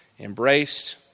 Embraced